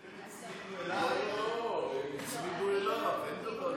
אם הצמידו אליי, לא, הצמידו אליו, אין דבר כזה.